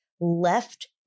left